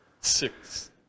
six